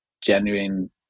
genuine